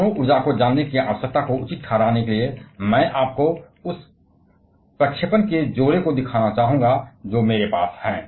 परमाणु ऊर्जा को जानने की आवश्यकता को उचित ठहराने के लिए मैं आपको इस प्रक्षेपण के दो जोड़े दिखाना चाहूंगा जो मेरे पास हैं